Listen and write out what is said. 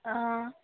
অঁ